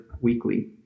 weekly